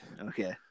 Okay